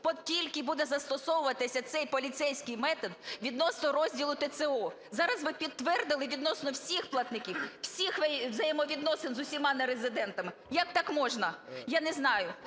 що тільки буде застосовуватися цей поліцейський метод відносно розділу ТЦО. Зараз ви підтвердили відносно всіх платників, всіх взаємовідносин з усіма нерезидентами. Як так можна, я не знаю!